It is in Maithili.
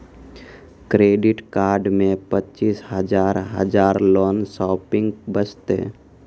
क्रेडिट कार्ड मे पचीस हजार हजार लोन शॉपिंग वस्ते?